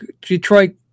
Detroit